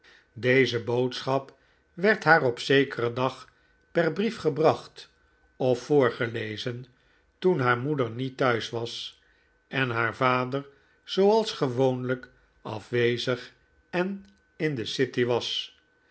deze boodschap werd haar op zekeren dag per brief gebracht of voorgelezen toen haar moeder niet thuis was en haar vader zooals gewoonlijk afwezig en in de city was